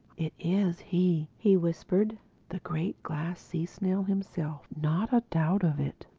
it is he! he whispered the great glass sea-snail himself not a doubt of it.